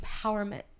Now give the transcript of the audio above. empowerment